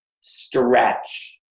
stretch